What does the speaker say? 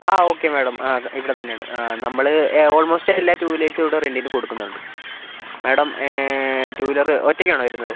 ആ okay madam ആ ഇവിടെ തന്നെയാണ് നമ്മൾ ഓൾമോസ്റ്റ് എല്ലാ ടൂ വീലേഴ്സും ഇവിടെ റെൻ്റിന് കൊടുക്കുന്നുണ്ട് മാഡം ടൂ വീലർ ഒറ്റയ്ക്കാണോ വരുന്നത്